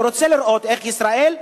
אני רוצה לראות איך ישראל,